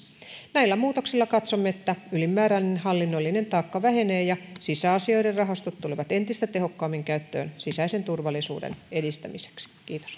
näillä muutoksilla katsomme että ylimääräinen hallinnollinen taakka vähenee ja sisäasioiden rahastot tulevat entistä tehokkaammin käyttöön sisäisen turvallisuuden edistämiseksi